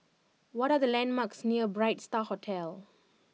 what are the landmarks near Bright Star Hotel